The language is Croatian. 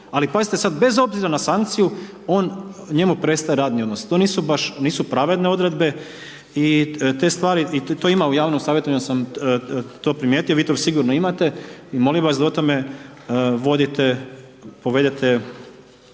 ali pazite sad, bez obzira na sankciju on, njemu prestaje radni odnos. To nisu baš, nisu pravedne odredbe i te stvari i to ima u javnom savjetovanju sam to primijetio, vi to sigurno imate i molim vas da o tome vodite, povedete